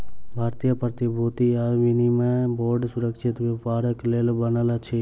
भारतीय प्रतिभूति आ विनिमय बोर्ड सुरक्षित व्यापारक लेल बनल अछि